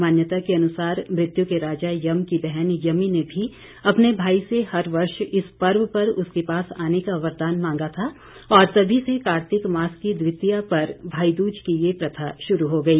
मान्यता के अनुसार मृत्यु के राजा यम की बहन यामी ने भी अपने भाई से हर वर्ष इस पर्व पर उसके पास आने का वरदान मांगा था और तभी से कार्तिक मास की द्वितीय पर भाई दूज की ये प्रथा शुरू हो गई